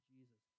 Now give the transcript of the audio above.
Jesus